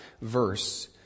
verse